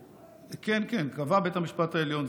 כן, כן, קבע בית המשפט העליון.